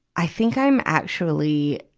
i think i'm actually,